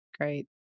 great